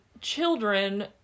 children